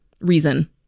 reason